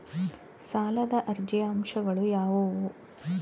ಸಾಲದ ಅರ್ಜಿಯ ಅಂಶಗಳು ಯಾವುವು?